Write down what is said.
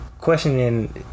questioning